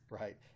right